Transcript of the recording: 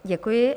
Děkuji.